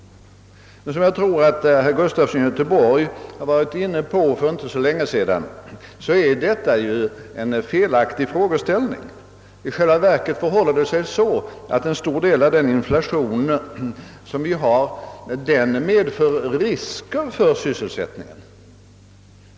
Jag tror att herr Gustafson i Göteborg kritiskt belyste den saken för inte så länge sedan. Det är en felaktig frågeställning. I själva verket medför en stor del av den inflation vi har risker för sysselsättningen.